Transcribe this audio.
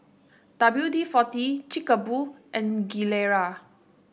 W D forty Chic A Boo and Gilera